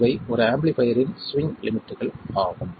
இவை ஒரு ஆம்பிளிஃபைர்யின் ஸ்விங் லிமிட்கள் ஆகும்